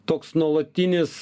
toks nuolatinis